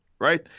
right